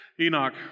Enoch